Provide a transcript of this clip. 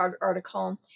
article